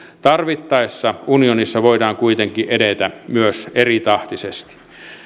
tarvittaessa unionissa voidaan kuitenkin edetä myös eritahtisesti